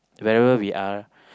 wherever we are